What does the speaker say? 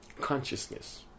consciousness